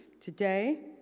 Today